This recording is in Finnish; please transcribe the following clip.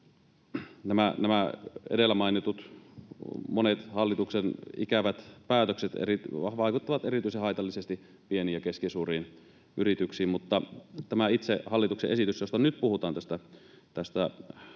Nämä edellä mainitut monet hallituksen ikävät päätökset vaikuttavat erityisen haitallisesti pieniin ja keskisuuriin yrityksiin. Mutta tämä itse hallituksen esitys, josta nyt puhutaan, tästä konkurssipesien